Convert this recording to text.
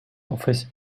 office